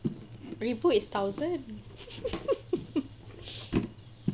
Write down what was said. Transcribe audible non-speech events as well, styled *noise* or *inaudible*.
ribu is thousand *laughs*